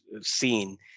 seen